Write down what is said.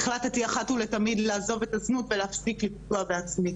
החלטתי אחת ולתמיד לעזוב את הזנות ולהפסיק לפגוע בעצמי